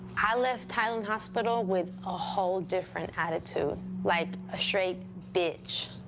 i left highland hospital with a whole different attitude like a straight bitch.